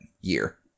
year